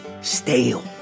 Stale